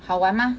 好玩吗